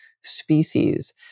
species